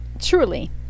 truly